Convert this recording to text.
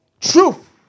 truth